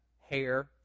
hair